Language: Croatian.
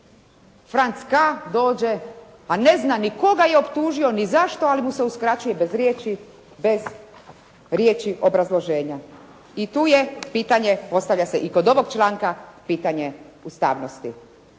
Franz K. dođe, a ne zna ni koga je optužio ni zašto, ali mu se uskraćuje bez riječi obrazloženja. I tu je pitanje, postavlja se i kod ovog članka pitanje ustavnosti.